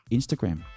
Instagram